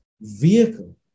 vehicle